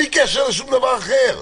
בלי קשר לשום דבר אחר.